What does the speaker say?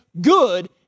good